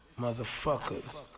Motherfuckers